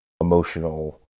emotional